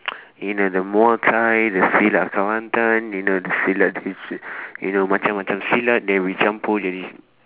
you know the muay thai the silat kelantan you know the silat which you know macam macam silat they will campur jadi